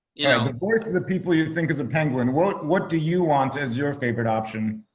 yeah the voice of the people you think is a penguin. what what do you want as your favorite option?